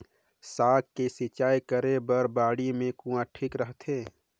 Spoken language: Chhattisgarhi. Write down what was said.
साग के सिंचाई करे बर बाड़ी मे कुआँ ठीक रहथे?